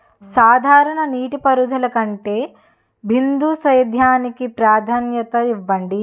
సాధారణ నీటిపారుదల కంటే బిందు సేద్యానికి ప్రాధాన్యత ఇవ్వండి